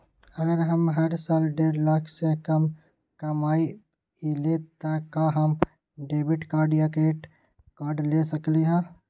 अगर हम हर साल डेढ़ लाख से कम कमावईले त का हम डेबिट कार्ड या क्रेडिट कार्ड ले सकली ह?